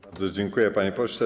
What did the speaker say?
Bardzo dziękuję, panie pośle.